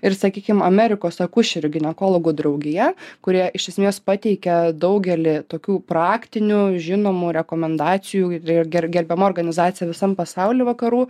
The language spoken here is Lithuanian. ir sakykim amerikos akušerių ginekologų draugija kurie iš esmės pateikia daugelį tokių praktinių žinomų rekomendacijų ir ger gerbiama organizacija visam pasauly vakarų